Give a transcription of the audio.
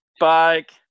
Bike